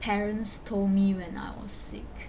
parents told me when I was sick